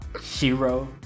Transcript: Shiro